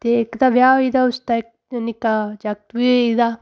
ते इक दा ब्याह् होई गेदा उसदा इक निक्का जागत बी होई गेदा